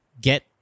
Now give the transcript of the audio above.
get